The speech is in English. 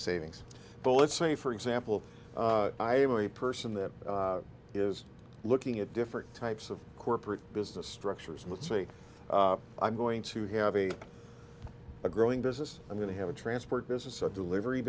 savings bullets say for example i am a person that is looking at different types of corporate business structures and let's see i'm going to have a a growing business i'm going to have a transport business or delivery